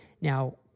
Now